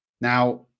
now